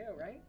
right